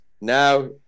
now